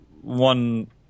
one